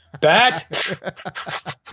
Bat